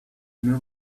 new